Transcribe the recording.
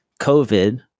COVID